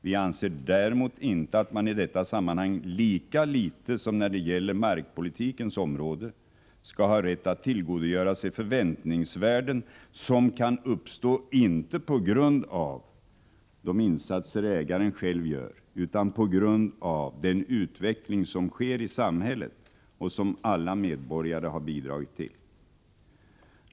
Vi anser däremot inte att man i detta sammanhang, lika litet som när det gäller markpolitikens område, skall ha rätt att tillgodogöra sig förväntningsvärden som kan uppstå inte på grund av de insatser ägaren själv gör utan på grund av den utveckling som sker i samhället och som alla medborgare bidragit till.